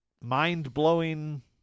mind-blowing